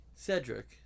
Cedric